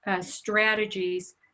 strategies